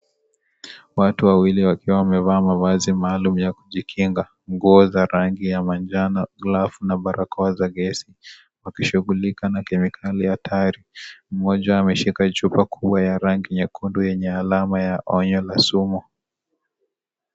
Watu wawili wakiwa wamevaa maalum ya kujikinga , nguo za rangi ya manjano glavu na barakoa ya gesi wakishughulika na kemikali hatari . Mmoja ameshika chupa kubwa ya rangi nyekundu yenye alama ya onyo ya sumu.